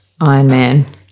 Ironman